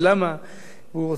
והוא רוצה להסתיר את העוני,